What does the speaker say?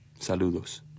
Saludos